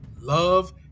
love